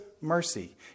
mercy